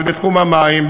בתחום המים,